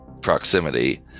proximity